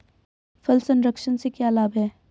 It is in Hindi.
फल संरक्षण से क्या लाभ है?